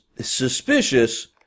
suspicious